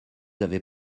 avez